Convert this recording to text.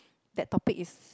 that topic is